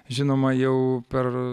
žinoma jau per